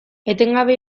etengabe